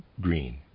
green